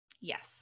Yes